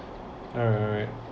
alright